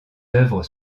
œuvres